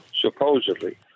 supposedly